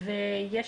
אחר.